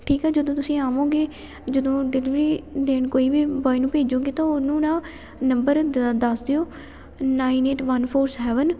ਠੀਕ ਹੈ ਜਦੋਂ ਤੁਸੀਂ ਆਵੋਗੇ ਜਦੋਂ ਡਿਲੀਵਰੀ ਦੇਣ ਕੋਈ ਵੀ ਬੋਆਏ ਨੂੰ ਭੇਜੋਗੇ ਤਾਂ ਉਹਨੂੰ ਨਾ ਨੰਬਰ ਦ ਦੱਸ ਦਿਓ nine eight one four seven